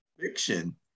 fiction